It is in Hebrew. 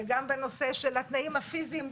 וגם בנושא של התנאים הפיזיים,